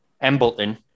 Embleton